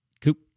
Coop